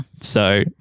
So-